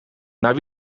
naar